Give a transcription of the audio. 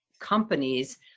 companies